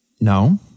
No